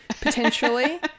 potentially